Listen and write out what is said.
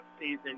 season